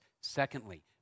Secondly